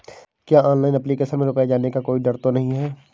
क्या online application में रुपया जाने का कोई डर तो नही है?